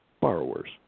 borrowers